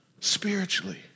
spiritually